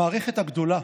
המערכת הגדולה,